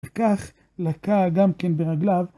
כך לקה גם כן ברגליו.